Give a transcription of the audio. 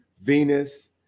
Venus